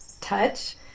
touch